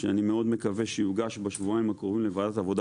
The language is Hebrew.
שאני מאוד מקווה שיוגש בשבועיים הקרובים לוועדת העבודה